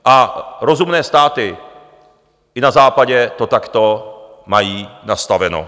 A rozumné státy i na Západě to takto mají nastaveno.